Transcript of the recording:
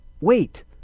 Wait